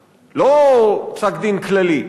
יש פסק-דין עם תאריך לא פסק-דין כללי,